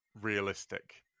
realistic